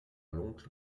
l’oncle